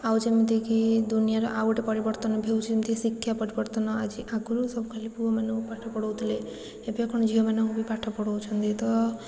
ଆଉ ଯେମିତିକି ଦୁନିଆର ଆଉ ଗୋଟେ ପରିବର୍ତ୍ତନ ବି ହେଉଛି ଯେମିତି ଶିକ୍ଷା ପରିବର୍ତ୍ତନ ଆଜି ଆଗରୁ ସବୁ ଖାଲି ପୁଅମାନଙ୍କୁ ପାଠ ପଢ଼ଉଥିଲେ ଏବେ କ'ଣ ଝିଅମାନଙ୍କୁ ବି ପାଠ ପଢ଼ଉଛନ୍ତି ତ